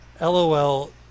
lol